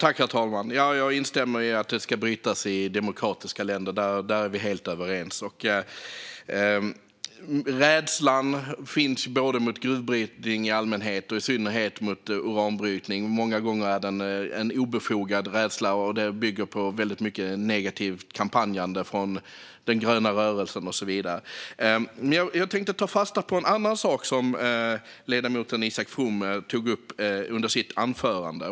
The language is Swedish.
Herr talman! Ja, jag instämmer i att det ska brytas i demokratiska länder. Där är vi helt överens. Det finns rädsla mot gruvbrytning i allmänhet och mot uranbrytning i synnerhet. Många gånger är det en obefogad rädsla, och den bygger på väldigt mycket negativt kampanjande från den gröna rörelsen och så vidare. Jag tänkte ta fasta på en annan sak som ledamoten Isak From tog upp i sitt anförande.